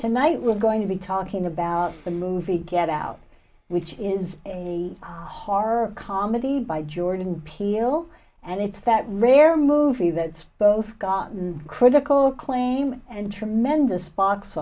tonight we're going to be talking about the movie get out which is a hard comedy by jordan peele and it's that rare movie that's both god and critical acclaim and tremendous box